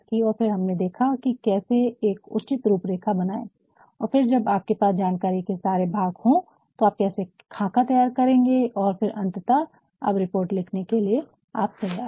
और फिर हमने देखा की कैसे एक उचित रूपरेखा बनाये और फिर जब आपके पास जानकारी के सारे भाग हो तो आप कैसे खाका तैयार करेंगे और फिर अन्तःतः अब आप रिपोर्ट लिखने के लिए तैयार है